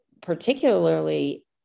particularly